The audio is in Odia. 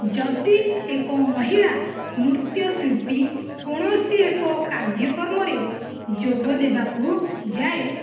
ଯଦି ଏକ ମହିଳା ନୃତ୍ୟଶିଳ୍ପୀ କୌଣସି ଏକ କାର୍ଯ୍ୟକ୍ରମ ରେ ଯୋଗ ଦେବାକୁ ଯାଏ